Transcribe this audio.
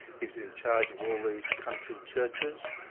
he was in charge of all these country churches.